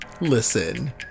Listen